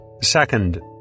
Second